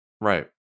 Right